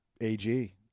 A-G